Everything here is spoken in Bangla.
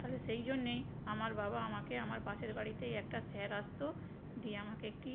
তাহলে সেই জন্যেই আমার বাবা আমাকে আমার পাশের বাড়িতেই একটা স্যার আসতো দিয়ে আমাকে একটি